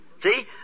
See